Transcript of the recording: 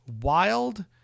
Wild